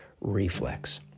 reflex